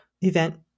event